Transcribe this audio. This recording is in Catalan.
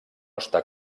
està